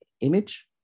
image